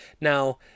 Now